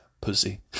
pussy